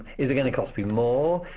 is it going to cost me more?